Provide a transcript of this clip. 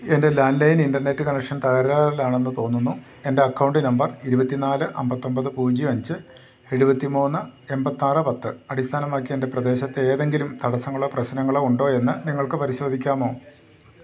എൻ്റെ landline internet connection തകരാറിലാണെന്ന് തോന്നുന്നു എൻ്റെ അക്കൌണ്ട് നമ്പർ ഇരുപത്തിനാല് അമ്പത്തിയൊമ്പത് പൂജ്യം അഞ്ച് എഴുപത്തിമൂന്ന് എൺപത്തിയാറ് പത്ത് അടിസ്ഥാനമാക്കി എൻ്റെ പ്രദേശത്തെ ഏതെങ്കിലും തടസ്സങ്ങളോ പ്രശ്നങ്ങളോ ഉണ്ടോയെന്ന് നിങ്ങൾക്ക് പരിശോധിക്കാമോ